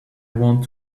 want